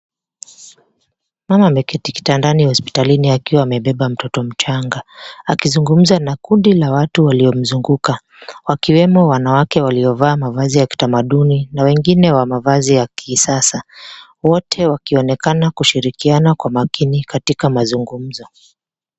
Mama ameketi kitandani hospitalini akiwa amebeba mtoto mchanga. Akizungumza na kundi la watu waliomzunguka. Wakiwemo wanawake waliovaa mavazi ya kitamaduni na wengine wa mavazi ya kisasa, wote wakionekana kushirikiana kwa makini katika mazungumzo.